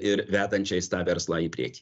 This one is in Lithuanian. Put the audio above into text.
ir vedančiais tą verslą į priekį